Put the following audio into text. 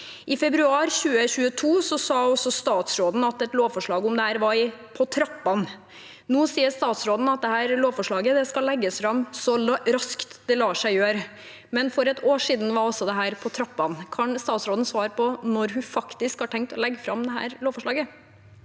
I februar 2022 sa statsråden at et lovforslag om dette var på trappene. Nå sier statsråden at dette lovforslaget skal legges fram så raskt det lar seg gjøre. Men for et år siden var dette altså «på trappene». Kan statsråden svare på når hun faktisk har tenkt å legge fram dette lovforslaget?